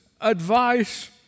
advice